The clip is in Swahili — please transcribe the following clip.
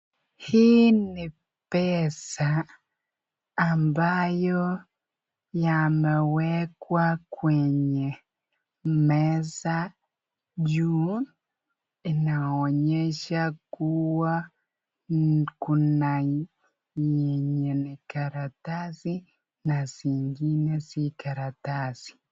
Hii ni pesa ambayo yamewekwa kwenye meza juu, inaonyesha kuwa kuna yenye ni karatasi na zingine si karatasi.